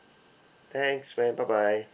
thanks ma'am bye bye